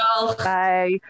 Bye